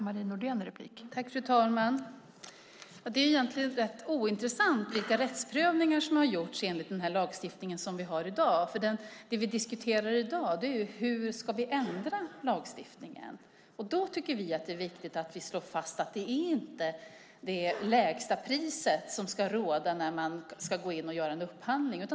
Fru talman! Det är egentligen rätt ointressant vilka rättsprövningar som har gjorts enligt den lagstiftning vi har i dag. Det vi diskuterar i dag är hur vi ska ändra lagstiftningen. Vi tycker att det är viktigt att slå fast att det inte är lägsta priset som ska råda vid en upphandling.